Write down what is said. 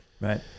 Right